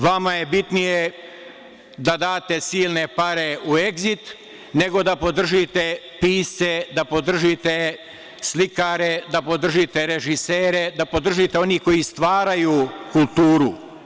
Vama je bitnije da date silne pare u „Egzit“, nego da podržite pisce, da podržite slikare, da podržite režisere, da podržite one koji stvaraju kulturu.